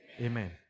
Amen